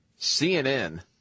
CNN